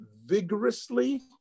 vigorously